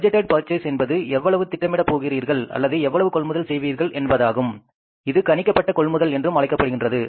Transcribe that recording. budgeted purchase என்பது எவ்வளவு திட்டமிட போகிறீர்கள் அல்லது எவ்வளவு கொள்முதல் செய்வீர்கள் என்பதாகும் இது கணிக்கப்பட்ட கொள்முதல் என்றும் அழைக்கப்படுகின்றது